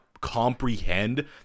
comprehend